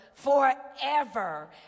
Forever